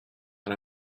and